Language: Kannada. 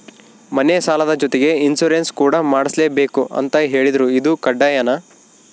ಮನೆ ಸಾಲದ ಜೊತೆಗೆ ಇನ್ಸುರೆನ್ಸ್ ಕೂಡ ಮಾಡ್ಸಲೇಬೇಕು ಅಂತ ಹೇಳಿದ್ರು ಇದು ಕಡ್ಡಾಯನಾ?